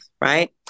right